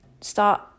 start